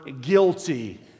guilty